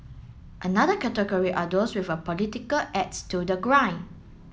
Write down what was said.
another category are those with a political axe to the grind